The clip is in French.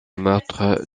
meurtre